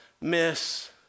miss